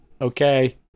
Okay